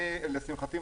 לשמחתי,